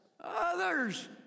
Others